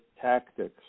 tactics